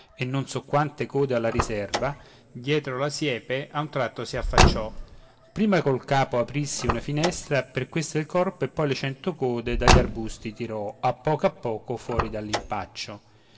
e non so quante code alla riserva dietro alla siepe a un tratto si affacciò prima col capo aprissi una finestra per questa il corpo e poi le cento code dagli arbusti tirò a poco a poco fuori dall'impaccio